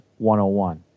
101